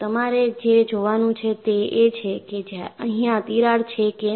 તમારે જે જોવાનું છે તે એ છે કે અહિયાં તિરાડ છે કે નહી